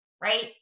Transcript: right